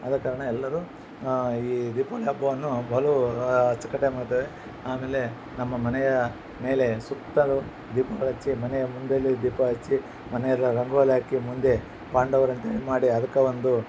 ಆದ ಕಾರಣ ಎಲ್ಲರು ಈ ದೀಪಾವಳಿ ಹಬ್ಬವನ್ನು ಬಲು ಅಚ್ಚು ಕಟ್ಟಾಗ್ ಮಾಡ್ತಾರೆ ಆಮೇಲೆ ನಮ್ಮ ಮನೆಯ ಮೇಲೆ ಸುತ್ತಲು ದೀಪಗಳು ಹಚ್ಚಿ ಮನೆಯ ಮುಂದೇ ದೀಪ ಹಚ್ಚಿ ಮನೆಯೆಲ್ಲ ರಂಗೋಲಿ ಹಾಕಿ ಮುಂದೆ ಪಾಂಡವರು ಅಂತೇಳಿ ಮಾಡಿ ಅದಕೆ ಒಂದು